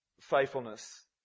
faithfulness